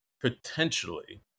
potentially